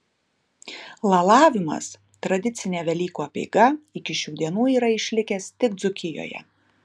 lalavimas tradicinė velykų apeiga iki šių dienų yra išlikęs tik dzūkijoje